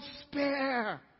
spare